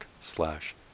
slash